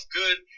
good